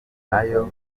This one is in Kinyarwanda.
nayo